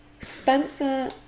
Spencer